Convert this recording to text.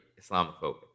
Islamophobic